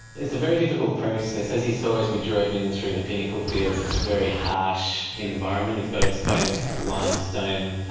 it's a very difficult process. as you saw as we drove in through the pinnacle fields, it's a very harsh environment. you've got exposed limestone,